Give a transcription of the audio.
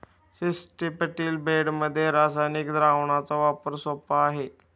स्ट्रिप्टील बेडमध्ये रासायनिक द्रावणाचा वापर सोपा आहे